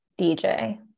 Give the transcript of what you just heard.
DJ